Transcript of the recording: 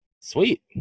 Sweet